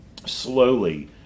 Slowly